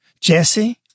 Jesse